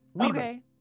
Okay